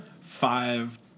five